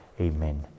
Amen